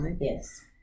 yes